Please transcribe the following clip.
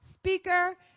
Speaker